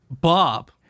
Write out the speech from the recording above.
Bob